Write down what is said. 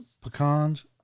pecans